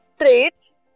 traits